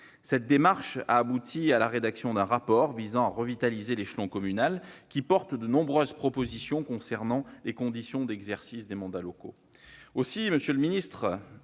Cette démarche a abouti à la rédaction d'un rapport visant à revitaliser l'échelon communal, qui porte de nombreuses propositions concernant les conditions d'exercice des mandats locaux.